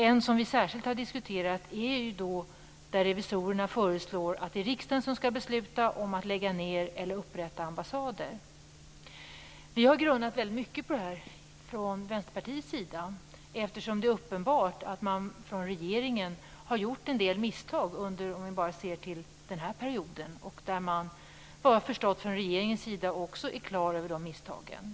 En som vi särskilt har diskuterat är att revisorerna föreslår att det är riksdagen som skall besluta om att lägga ned eller upprätta ambassader. Vi har grunnat väldigt mycket på det här från Vänsterpartiets sida. Det är ju uppenbart att man från regeringens sida har gjort en del misstag om vi bara ser till den här perioden. Man är vad jag kan förstå också klar över dessa misstag från regeringens sida.